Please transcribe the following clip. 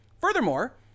Furthermore